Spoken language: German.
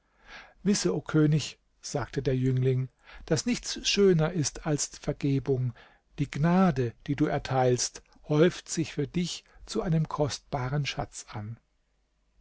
wisse o könig sagte der jüngling daß nichts schöner ist als vergebung die gnade die du erteilst häuft sich für dich zu einem kostbaren schatz an